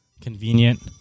Convenient